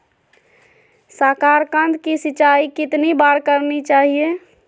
साकारकंद की सिंचाई कितनी बार करनी चाहिए?